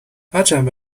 هرچند